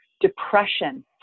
depression